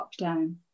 lockdown